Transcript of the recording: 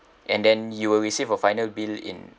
and then you will receive a final bill in